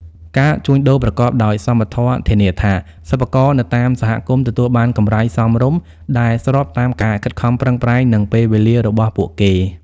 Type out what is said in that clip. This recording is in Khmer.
ការជួញដូរប្រកបដោយសមធម៌ធានាថា សិប្បករនៅតាមសហគមន៍ទទួលបានកម្រៃសមរម្យ ដែលស្របតាមការខិតខំប្រឹងប្រែង និងពេលវេលារបស់ពួកគេ។